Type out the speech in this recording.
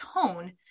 tone